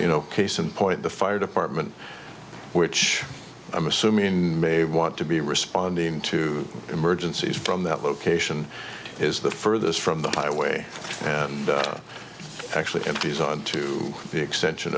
you know case in point the fire department which i'm assuming may want to be responding to emergencies from that location is the furthest from the highway and actually is on to the extension